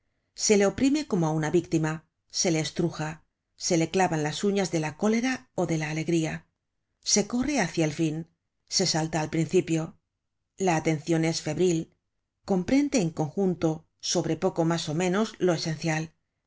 se le oprime como á una víctima se le estruja se le clavan las uñas de la cólera ó de la alegría se corre hácia el fin se salta al principio la atencion es febril comprende en conjunto sobre poco mas ó menos lo esencial